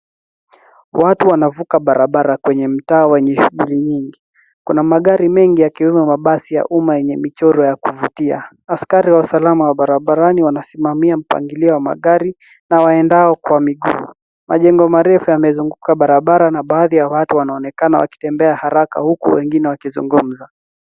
Watu wanavuka barabara kwenye mtaa wenye shughuli nyingi. Kuna magari mengi yakiwemo mabasi ya umma yenye michoro ya kuvutia. Askari wa usalama wa barabarani, wanasimamia mpangilio wa magari na waendao kwa miguu. Majengo marefu yamezunguka barabara na baadhi ya watu wanaonekana wakitembea haraka huku wengine wakizungumza.